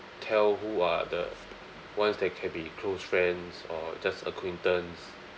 tell who are the ones that can be close friends or just acquaintance